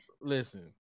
Listen